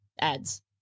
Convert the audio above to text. ads